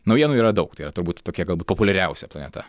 naujienų yra daug tai yra turbūt tokia galbūt populiariausia planeta taip